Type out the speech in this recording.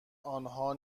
انها